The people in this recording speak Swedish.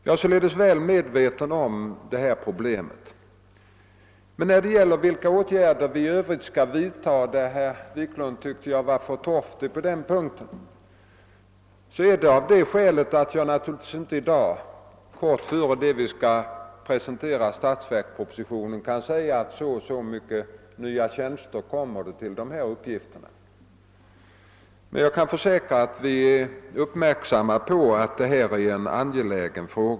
Jag är således väl medveten om detta problem. När det gällde vilka åtgärder vi i Övrigt skall vidta tyckte herr Wiklund att mitt svar var torftigt, men jag kan naturligtvis inte i dag, innan vi har presenterat statsverkspropositionen, säga att det kommer att inrättas så och så många nya tjänster för dessa uppgifter. Jag kan emellertid försäkra att vi är uppmärksamma på att detta är en angelägen fråga.